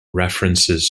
references